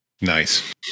Nice